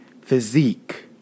physique